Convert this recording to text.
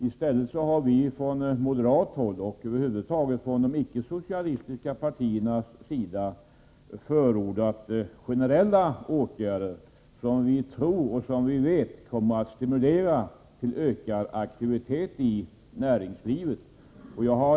I stället har vi från moderat håll och över huvud taget från de icke-socialistiska partierna förordat generella åtgärder, som vi vet kommer att stimulera till ökad aktivitet i näringslivet.